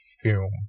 film